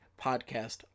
podcast